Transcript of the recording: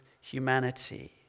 humanity